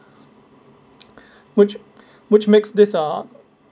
which which makes this uh